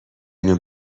اینو